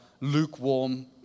lukewarm